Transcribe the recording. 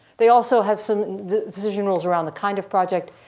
they also have some decision rules around the kind of project.